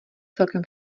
celkem